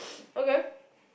okay